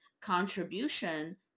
contribution